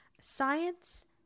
Science